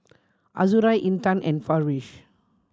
Azura Intan and Farish